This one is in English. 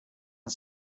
and